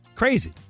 crazy